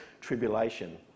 tribulation